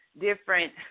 different